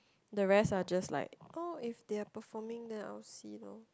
the rest are just like oh if they are performing then I will see lor